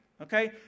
okay